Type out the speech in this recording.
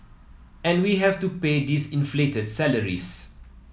and we have to pay these inflated salaries